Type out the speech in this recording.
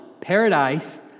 Paradise